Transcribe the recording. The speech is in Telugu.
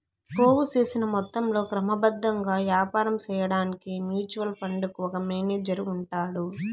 పోగు సేసిన మొత్తంలో క్రమబద్ధంగా యాపారం సేయడాన్కి మ్యూచువల్ ఫండుకు ఒక మేనేజరు ఉంటాడు